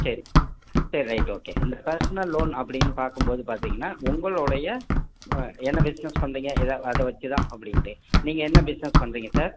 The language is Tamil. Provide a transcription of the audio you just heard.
சரி சரி ரைட் ஓகே அந்த பர்சனல் லோன் அப்படின்னு பார்க்கும்போது பார்த்தீங்கன்னா உங்களோடைய என்ன பிஸ்னஸ் பண்ணுறீங்க அதை வச்சுதான் அப்படின்ட்டு நீங்கள் என்ன பிஸ்னஸ் பண்ணுறீங்க சார்